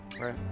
right